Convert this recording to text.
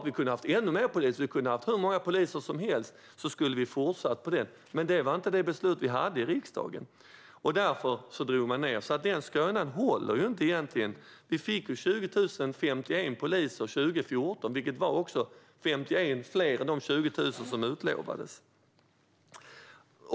Om vi hade sett att vi hade kunnat ha hur många poliser som helst skulle vi ha fortsatt med det, men det var inte det beslut vi hade i riksdagen och därför drog vi ned. Den där skrönan håller alltså inte. Vi fick 20 051 poliser 2014, vilket var 51 fler än de 20 000 som utlovades.